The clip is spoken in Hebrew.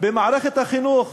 במערכת החינוך